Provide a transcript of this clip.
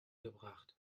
gebracht